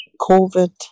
COVID